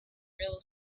real